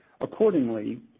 Accordingly